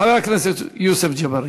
חבר הכנסת יוסף ג'בארין.